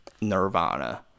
nirvana